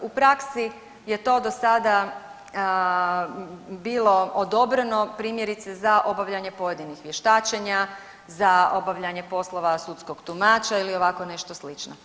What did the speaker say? U praksi je to do sada bilo odobreno primjerice za obavljanje pojedinih vještačenja, za obavljanje poslova sudskog tumača ili ovako nešto slično.